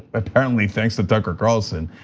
apparently, thanks to tucker carlson.